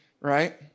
right